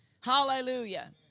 Hallelujah